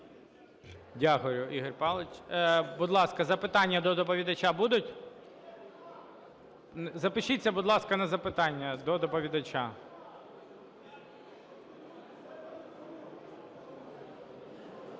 Дякую, Ігор Павлович. Будь ласка, запитання до доповідача будуть? Запишіться, будь ласка, на запитання до доповідача.